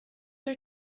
are